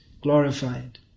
glorified